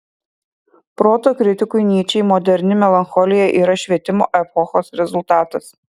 proto kritikui nyčei moderni melancholija yra švietimo epochos rezultatas